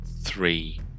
three